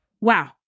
Wow